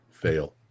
Fail